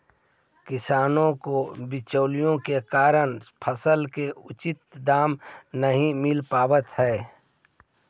किसानों को बिचौलियों के कारण फसलों के उचित दाम नहीं मिल पावअ हई